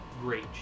great